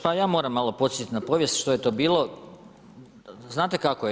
Pa ja moram malo podsjetit na povijest što je to bilo, znate kako je.